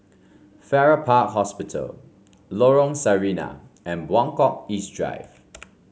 Farrer Park Hospital Lorong Sarina and Buangkok East Drive